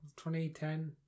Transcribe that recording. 2010